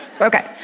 Okay